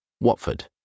Watford